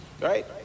right